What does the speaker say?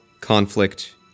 conflict